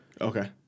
Okay